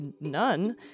none